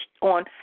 on